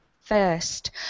first